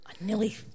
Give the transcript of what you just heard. nearly